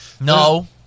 No